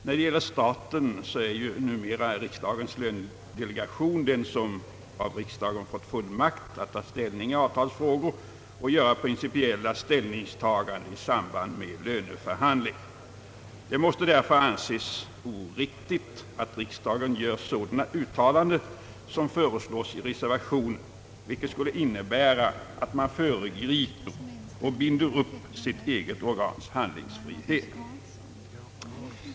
När det gäller staten är det ju numera riksdagens lönedelegation som av riksdagen fått fullmakt att ta ställning i avtalsfrågor och göra principiella ställningstaganden i samband med löneförhandlingar. Det måste därför anses oriktigt att riksdagen gör sådana uttalanden som föreslås i reservationen. Det skulle innebära att man föregriper och binder sitt eget organs handlingsfrihet.